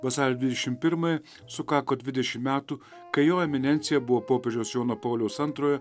vasario dvidešimt pirmąją sukako dvidešimt metų kai jo eminencija buvo popiežiaus jono pauliaus antrojo